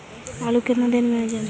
आलू केतना दिन में जलमतइ?